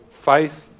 faith